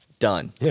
done